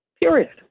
Period